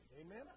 Amen